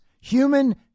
human